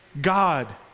God